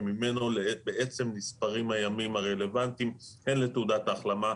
וממנו בעצם נספרים הימים הרלוונטיים הן לתעודת ההחלמה,